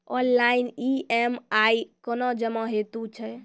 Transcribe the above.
Online EMI कूना जमा हेतु छै?